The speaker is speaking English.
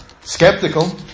skeptical